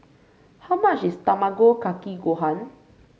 how much is Tamago Kake Gohan